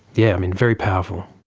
yeah um and very powerful.